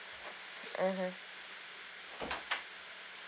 mmhmm